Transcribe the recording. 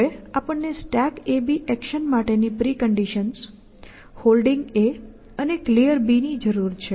હવે આપણને StackAB action માટે ની પ્રિકન્ડિશન્સ Holding અને Clear ની જરૂર છે